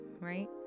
right